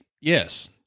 yes